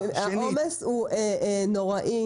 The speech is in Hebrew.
העומס נורא.